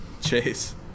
Chase